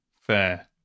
fair